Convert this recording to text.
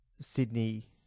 Sydney